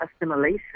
assimilation